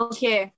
Okay